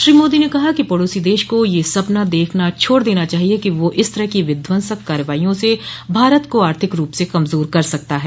श्री मोदी ने कहा कि पड़ोसी देश को यह सपना देखना छोड़ देना चाहिये कि वह इस तरह की विध्वंसक कार्रवाईयों से भारत को आर्थिक रूप से कमजोर कर सकता है